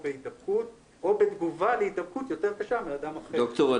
בהידבקות או בתגובה להידבקות יותר קשה מאדם אחר --- דוקטור,